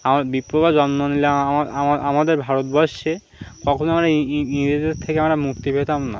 আমার বিপ্লবীরা জন্ম না নিলে আমার আমার আমাদের ভারতবর্ষে কখনো ইংরেজদের থেকে আমরা মুক্তি পেতাম না